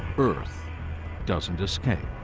earth doesn't escape.